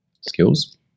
skills